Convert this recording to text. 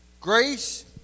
Grace